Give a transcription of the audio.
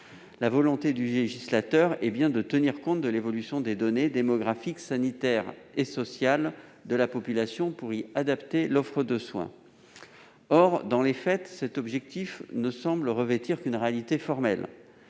la volonté du législateur est bien de tenir compte de l'évolution des données démographiques, sanitaires et sociales de la population, pour y adapter l'offre de soins. Or, dans les faits, cet objectif ne semble revêtir qu'une réalité formelle.